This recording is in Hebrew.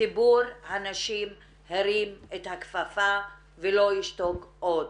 ציבור הנשים הרים את הכפפה ולא ישתוק עוד.